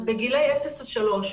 בגילי אפס עד שלוש,